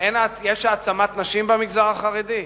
יש העצמת נשים במגזר החרדי?